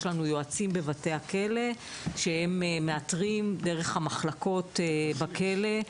יש לנו יועצים בבתי הכלא שהם מאתרים דרך המחלקות בכלא.